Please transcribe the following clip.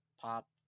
pop